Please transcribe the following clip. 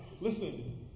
listen